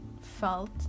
felt